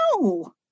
no